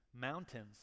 mountains